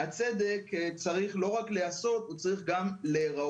הצדק צריך לא רק להיעשות הוא צריך גם להיראות.